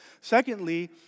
Secondly